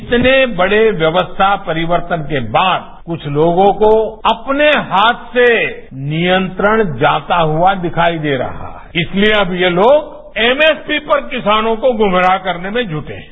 इतने बड़े व्यवस्था परिवर्तन के बाद कुछ लोगों को अपने हाथ से नियंत्रण जाता हुआ दिखाई दे रहा है इसलिए अब ये लोग एमएसपी पर किसानों को गुमराह करने में जुटे हैं